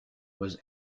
was